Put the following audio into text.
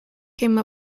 came